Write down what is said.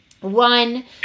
one